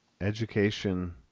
education